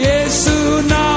Jesus